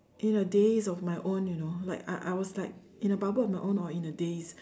in the daze of my own you know like I I was like in the bubble of my own or in the daze